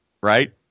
right